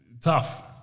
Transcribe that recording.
tough